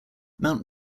mount